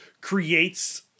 creates